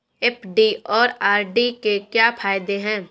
FD और RD के क्या फायदे हैं?